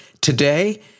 Today